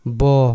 bo